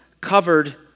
covered